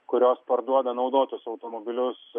kurios parduoda naudotus automobilius